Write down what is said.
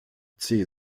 zeh